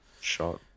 shot